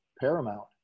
paramount